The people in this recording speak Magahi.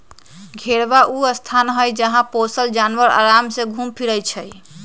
घेरहबा ऊ स्थान हई जहा पोशल जानवर अराम से घुम फिरइ छइ